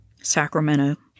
Sacramento